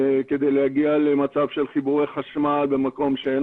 כדי להגיע למצב של חיבורי חשמל במקום שאין